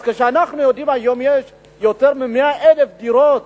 אז כשאנחנו יודעים שהיום יותר מ-100,000 דירות